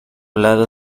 lado